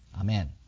amen